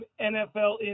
NFL